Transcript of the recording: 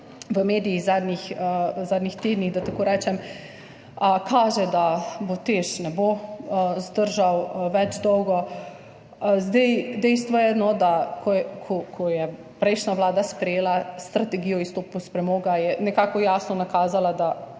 v medijih v zadnjih tednih, da tako rečem. Kaže, da TEŠ ne bo več zdržal dolgo. Zdaj dejstvo je, da ko je prejšnja vlada sprejela strategijo o izstopu iz premoga, je nekako jasno nakazala, da